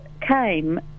came